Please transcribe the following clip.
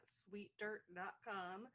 sweetdirt.com